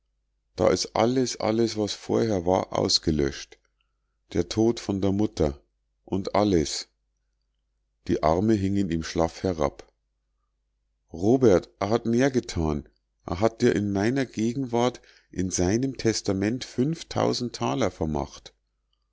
da is alles alles was vorher war ausgelöscht der tod von der mutter und alles die arme hingen ihm schlaff herab robert a hat mehr getan a hat dir in meiner gegenwart in seinem testament fünftausend taler vermacht